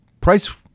price